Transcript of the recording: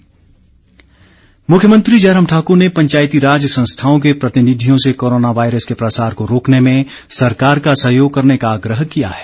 मुख्यमंत्री मुख्यमंत्री जयराम ठाकुर ने पंचायती राज संस्थाओं के प्रतिनिधियों से कोरोना वायरस के प्रसार को रोकने में सरकार का सहयोग करने का आग्रह किया है